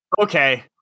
Okay